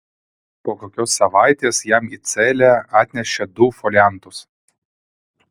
po kokios savaitės jam į celę atnešė du foliantus